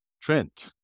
Trent